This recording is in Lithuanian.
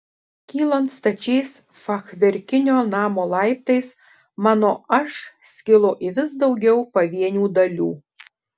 kylant stačiais fachverkinio namo laiptais mano aš skilo į vis daugiau pavienių dalių